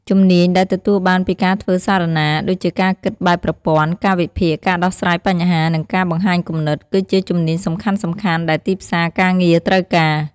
ជំនាញដែលទទួលបានពីការធ្វើសារណា ដូចជាការគិតបែបប្រព័ន្ធ ការវិភាគ ការដោះស្រាយបញ្ហា និងការបង្ហាញគំនិត គឺជាជំនាញសំខាន់ៗដែលទីផ្សារការងារត្រូវការ។